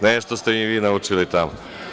Nešto ste i vi naučili tamo.